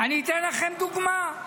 אני אתן לכם דוגמה.